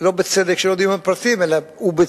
לא בצדק שלא יודעים את הפרטים, אלא בצדק